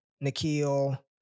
Nikhil